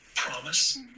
Promise